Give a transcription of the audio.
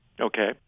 Okay